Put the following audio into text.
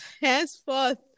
henceforth